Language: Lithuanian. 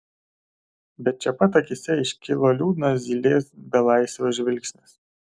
bet čia pat akyse iškilo liūdnas zylės belaisvio žvilgsnis